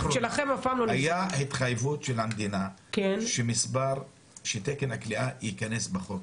הייתה התחייבות של המדינה שתקן הכליאה ייכנס בחוק,